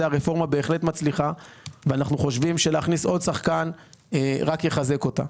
הרפורמה בהחלט מצליחה ואנחנו חושבים שהכנסת עוד שחקן רק יחזק אותה.